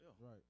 Right